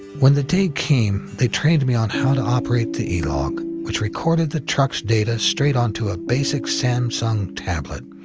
when the day came, they trained me on how to operate the e-log, which recorded the truck's data straight onto a basic samsung tablet.